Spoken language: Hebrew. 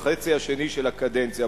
בחצי השני של הקדנציה.